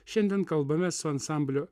šiandien kalbame su ansamblio